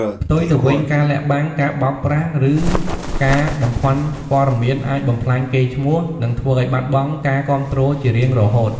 ផ្ទុយទៅវិញ ការលាក់បាំង ការបោកប្រាស់ ឬការបំភាន់ព័ត៌មានអាចបំផ្លាញកេរ្តិ៍ឈ្មោះ និងធ្វើឱ្យបាត់បង់ការគាំទ្រជារៀងរហូត។